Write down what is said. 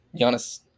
Giannis